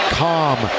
calm